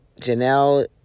Janelle